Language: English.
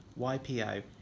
YPO